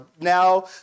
now